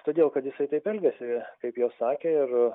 todėl kad jisai taip elgiasi kaip jos sakė ir